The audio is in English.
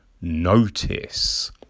notice